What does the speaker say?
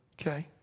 Okay